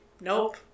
Nope